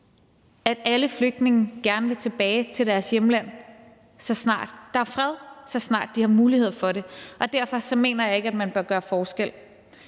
at alle flygtninge gerne vil tilbage til deres hjemland, så snart der er fred, og så snart de har mulighed for det. Derfor mener jeg ikke, at man bør gøre forskel.